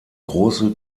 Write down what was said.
große